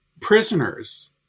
prisoners